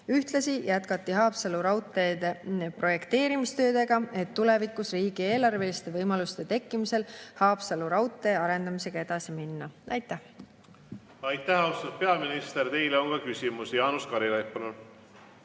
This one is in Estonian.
Ühtlasi jätkati Haapsalu raudtee projekteerimistöödega, et tulevikus riigieelarveliste võimaluste tekkimisel Haapsalu raudtee arendamisega edasi minna. Aitäh! Aitäh, austatud peaminister, teile on ka küsimusi. Jaanus Karilaid,